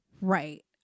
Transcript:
Right